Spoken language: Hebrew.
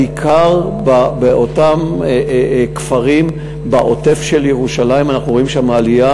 בעיקר באותם כפרים בעוטף של ירושלים אנחנו רואים עלייה.